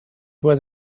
was